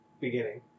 beginning